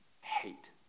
hate